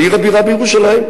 בעיר הבירה בירושלים,